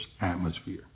atmosphere